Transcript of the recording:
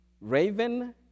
Raven